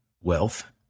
wealth